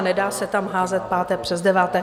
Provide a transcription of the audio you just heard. Nedá se tam házet páté přes deváté.